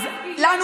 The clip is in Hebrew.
שמאלנים,